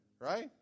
right